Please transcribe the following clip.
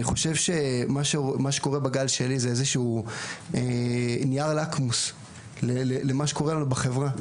אני חושב שמה שקורה ב"גל שלי" זה נייר לקמוס למה שקורה לנו בחברה.